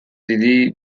دیدی